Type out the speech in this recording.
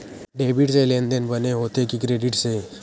Debit से लेनदेन बने होथे कि क्रेडिट से?